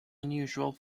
unusual